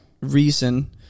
reason